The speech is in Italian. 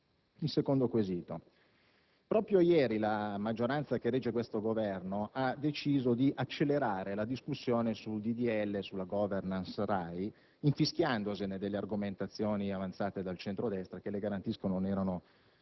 Secondo quesito. Proprio ieri la maggioranza che regge questo Governo ha deciso di accelerare la discussione del disegno di legge sulla *governance* RAI, infischiandosene delle argomentazioni avanzate dal centro-destra che, glielo garantisco, signor